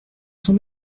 son